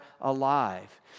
alive